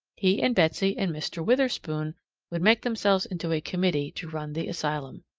he and betsy and mr. witherspoon would make themselves into a committee to run the asylum.